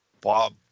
Bob